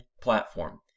platform